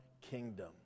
kingdom